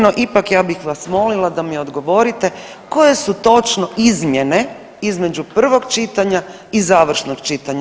No ipak ja bih vas molila da mi odgovorite koje su točno izmjene između prvog čitanja i završnog čitanja?